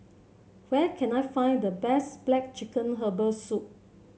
where can I find the best black chicken Herbal Soup